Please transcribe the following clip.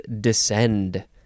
descend